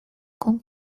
con